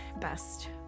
best